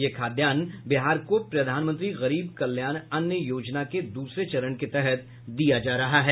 यह खाद्यान्न बिहार को प्रधानमंत्री गरीब कल्याण अन्न योजना के दूसरे चरण के तहत दिया जा रहा है